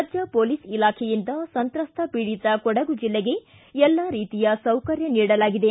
ರಾಜ್ಯ ಪೊಲೀಸ್ ಇಲಾಖೆಯಿಂದ ಸಂತ್ರಸ್ತ ಖೀಡಿತ ಕೊಡಗು ಜಿಲ್ಲೆಗೆ ಎಲ್ಲಾ ರೀತಿಯ ಸೌಕರ್ಯ ನೀಡಲಾಗಿದೆ